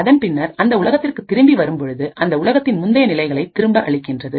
அதன் பின்னர் அந்த உலகத்திற்கு திரும்ப வரும்பொழுது அந்த உலகத்தின் முந்தைய நிலைகளை திரும்ப அளிக்கின்றது